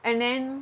and then